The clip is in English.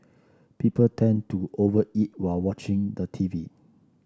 people tend to over eat while watching the T V